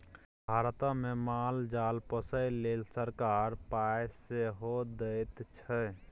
भारतमे माल जाल पोसय लेल सरकार पाय सेहो दैत छै